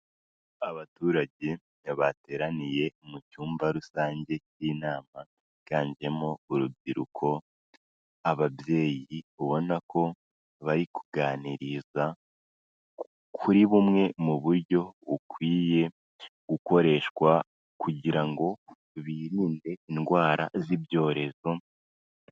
Abaturage bateraniye mu cyumba rusange cy'inama higanjemo urubyiruko, ababyeyi ubona ko bari kuganiriza kuri bumwe mu buryo bukwiye gukoreshwa kugira ngo birinde indwara z'ibyorezo.